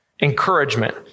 Encouragement